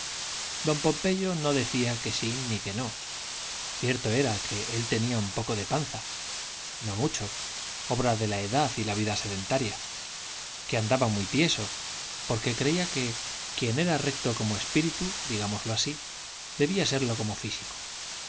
don pompeyo no decía que sí ni que no cierto era que el tenía un poco de panza no mucho obra de la edad y la vida sedentaria que andaba muy tieso porque creía que quien era recto como espíritu digámoslo así debía serlo como físico